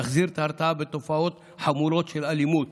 להחזיר את ההרתעה בתופעות חמורות של אלימות